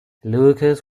lucas